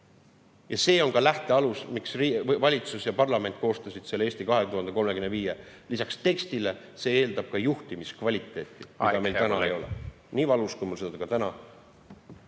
Ja see on ka lähtealus, miks valitsus ja parlament koostasid selle "Eesti 2035". Aga lisaks tekstile see eeldab ka juhtimiskvaliteeti … Aeg, hea kolleeg! … mida meil täna ei ole – nii valus, kui mul seda täna